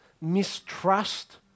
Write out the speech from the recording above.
mistrust